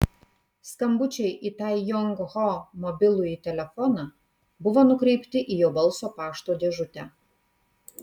skambučiai į tai jong ho mobilųjį telefoną buvo nukreipti į jo balso pašto dėžutę